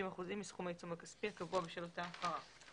אחוזים מסכום העיצום הכספי הקבוע בשל אותה הפרה.